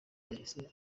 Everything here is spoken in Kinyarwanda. yahise